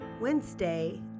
Wednesday